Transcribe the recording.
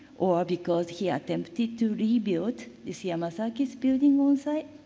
or because he attempted to rebuild this yamasaki's building on site?